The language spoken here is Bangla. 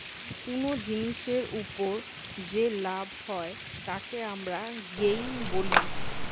কুনো জিনিসের উপর যে লাভ হয় তাকে আমরা গেইন বলি